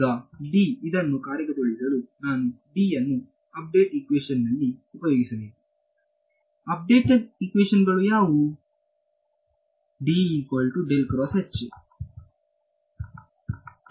ಈಗ ಇದನ್ನು ಕಾರ್ಯಗತಗೊಳಿಸಲುಅನ್ನು ಅಪ್ಡೇಟ್ ಇಕ್ವೇಶನ್ ನಲ್ಲಿ ಉಪಯೋಗಿಸಬೇಕು ಅಪ್ಡೇಟ್ ಇಕ್ವೇಶನ್ ಗಳು ಯಾವುವು